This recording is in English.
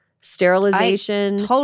sterilization